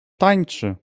tańczy